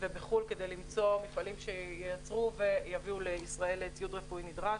ובחו"ל כדי למצוא מפעלים שייצרו ויביאו לישראל ציוד רפואי נדרש.